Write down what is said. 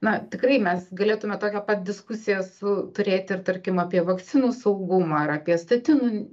na tikrai mes galėtume tokią pat diskusiją su turėt ir tarkim apie vakcinų saugumą ar apie statinų n